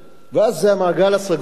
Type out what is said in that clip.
ואז זה המעגל הסגור הזה,